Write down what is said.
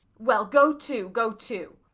well, go to, go to.